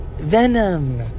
venom